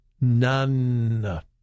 None